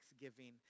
thanksgiving